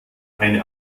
eine